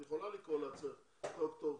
את יכולה לקרוא לעצמך דוקטור.